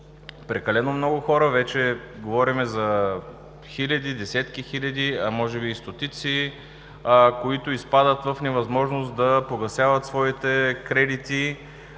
Прекалено много хора – вече говорим за хиляди, десетки, а може би и стотици, които изпадат в невъзможност да погасяват своите кредити.